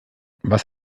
was